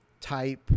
type